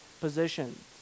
positions